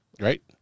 Right